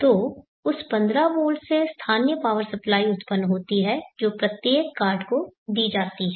तो उस 15 वोल्ट से स्थानीय पावर सप्लाई उत्पन्न होती है जो प्रत्येक कार्ड को दी जाता है